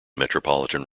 metropolitan